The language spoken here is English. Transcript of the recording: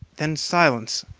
then, silence.